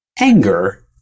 anger